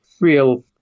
real